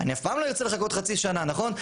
אני אף פעם לא ארצה לחכות חצי שנה, נכון?